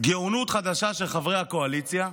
גאונות חדשה של חברי הקואליציה.